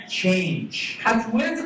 change